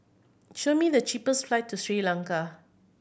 show me the cheapest flight to Sri Lanka